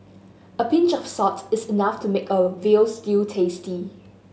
a pinch of salt is enough to make a veal stew tasty